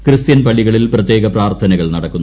Christian പള്ളികളിൽ പ്രത്യേക പ്രാർത്ഥനകൾ നടക്കുന്നു